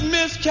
Miss